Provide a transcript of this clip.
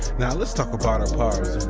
now lets talk about her powers